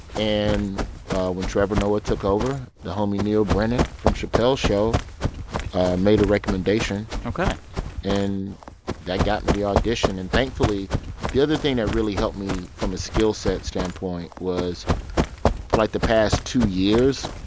and when trevor noah took over, the homie neal brennan from chappelle's show made a recommendation ok and that got me the audition. and thankfully the other thing that really helped me from a skillset standpoint was for, like, the past two years,